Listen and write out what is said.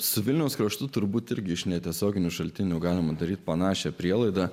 su vilniaus kraštu turbūt irgi iš netiesioginių šaltinių galima daryti panašią prielaidą